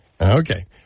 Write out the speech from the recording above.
Okay